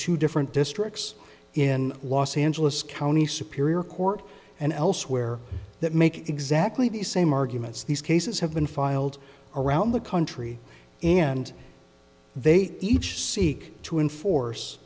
two different districts in los angeles county superior court and elsewhere that make exactly the same arguments these cases have been filed around the country and they each seek to enforce